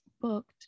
booked